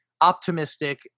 optimistic